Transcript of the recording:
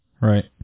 Right